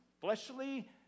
fleshly